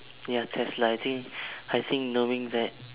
ya tesla I think I think knowing that